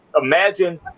imagine